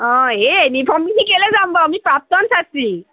অঁ এই ইউনিফৰ্ম পিন্ধি কেলে যাম বাৰু আমি প্ৰাক্তন ছাত্ৰী